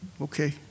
Okay